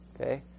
okay